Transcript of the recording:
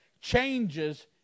changes